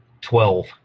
Twelve